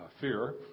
fear